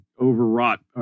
overwrought